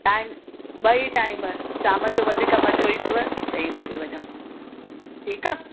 time ॿई time शाम जो वधीक मज़ो ईंदव चईं बजे वञो ठीकु आहे